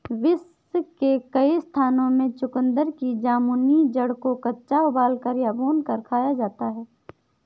विश्व के कई स्थानों में चुकंदर की जामुनी जड़ को कच्चा उबालकर या भूनकर खाया जाता है